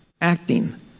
acting